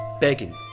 Begging